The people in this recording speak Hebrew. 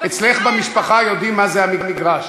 אצלך במשפחה יודעים מה זה המגרש.